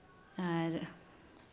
ᱟᱨ